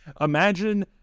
imagine